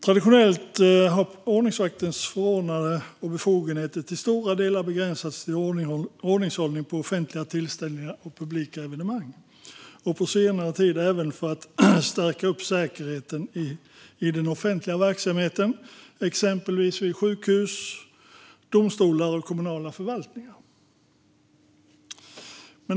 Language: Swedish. Traditionellt har ordningsvakters förordnande och befogenheter till stora delar begränsats till ordningshållning på offentliga tillställningar och andra publika evenemang och på senare tid även till att stärka upp säkerheten i den offentliga verksamheten, exempelvis vid sjukhus, domstolar och kommunala förvaltningar.